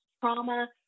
trauma